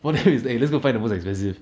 one day is eh let's go find the most expensive